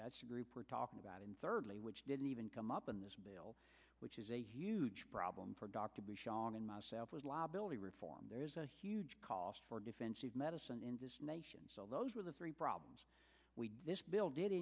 that's the group we're talking about and thirdly which didn't even come up in this bill which is a huge problem for doc to be shown in myself with liability reform there's a huge cost for defensive medicine in this nation so those are the very problems this bill did